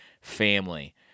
family